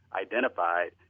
identified